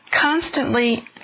constantly